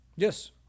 Yes